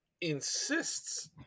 insists